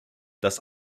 das